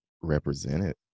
represented